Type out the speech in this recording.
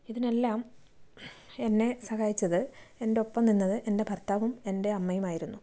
ഇതിനെല്ലാം എന്നെ സഹായിച്ചത് എൻ്റെ ഒപ്പം നിന്നത് എൻ്റെ ഭർത്താവും എൻ്റെ അമ്മയുമായിരുന്നു